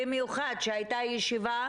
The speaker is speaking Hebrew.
במיוחד שהייתה ישיבה,